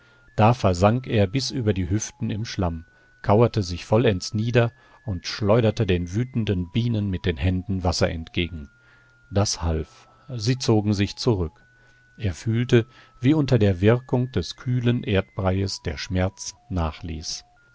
da versank er bis über die hüften im schlamm kauerte sich vollends nieder und schleuderte den wütenden bienen mit den händen wasser entgegen das half sie zogen sich zurück er fühlte wie unter der wirkung des kühlen erdbreies der schmerz nachließ